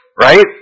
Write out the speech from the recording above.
right